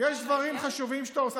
מה, יש דברים חשובים שאתה עושה.